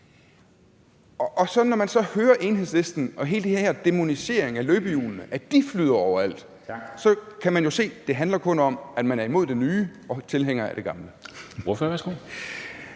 Så når man hører Enhedslistens dæmonisering af løbehjulene – at de flyder overalt – kan man jo forstå, at det kun handler om, at man er imod det nye og tilhænger af det gamle. Kl.